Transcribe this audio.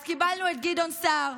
אז קיבלנו את גדעון סער,